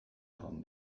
joan